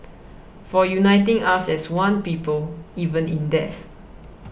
for uniting us as one people even in death